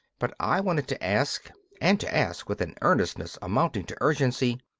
but i wanted to ask, and to ask with an earnestness amounting to urgency,